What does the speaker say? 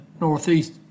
northeast